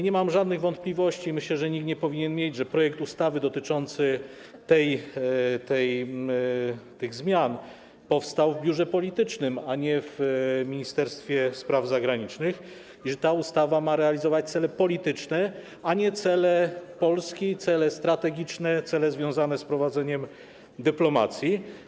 Nie mam żadnych wątpliwości, myślę, że nikt nie powinien mieć, że projekt ustawy dotyczący tych zmian powstał w biurze politycznym, a nie w Ministerstwie Spraw Zagranicznych, i że ta ustawa ma realizować cele polityczne, a nie cele Polski, cele strategiczne, cele związane z prowadzeniem dyplomacji.